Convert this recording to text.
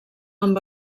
amb